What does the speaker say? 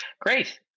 Great